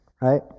right